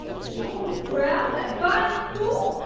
john brown, that violent fool?